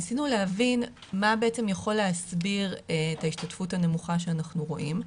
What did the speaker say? ניסינו להבין מה בעצם יכול להסביר את ההשתתפות הנמוכה שאנחנו רואים.